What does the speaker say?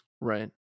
right